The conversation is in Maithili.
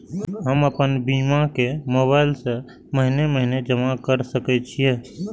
हम आपन बीमा के मोबाईल से महीने महीने जमा कर सके छिये?